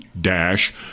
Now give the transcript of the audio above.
dash